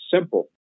simple